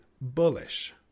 bullish